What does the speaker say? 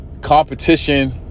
competition